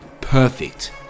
perfect